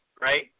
right